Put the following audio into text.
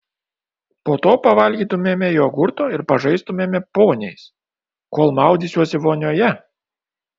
po to pavalgytumėme jogurto ir pažaistumėme poniais kol maudysiuosi vonioje